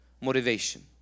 motivation